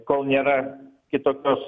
kol nėra kitokios